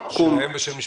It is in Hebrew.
שלהם ושל משפחותיהם.